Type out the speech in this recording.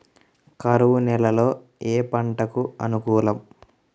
కరువు నేలలో ఏ పంటకు అనుకూలం?